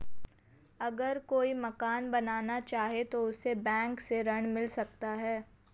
अगर कोई मकान बनाना चाहे तो उसे बैंक से ऋण मिल सकता है?